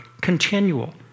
Continual